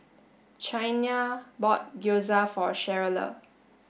Chynna bought Gyoza for Cheryle